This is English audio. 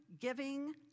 giving